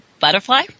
butterfly